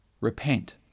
repent